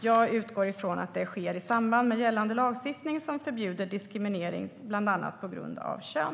Jag utgår ifrån att det sker i samband med gällande lagstiftning som förbjuder diskriminering, bland annat på grund av kön.